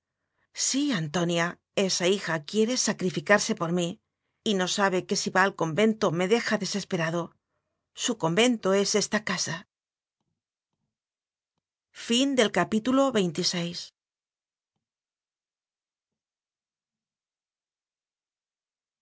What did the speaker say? sí antonia esa hija quiere sacrificar se por mí y no sabe que si se va al convento me deja desesperado su convento es esta casa i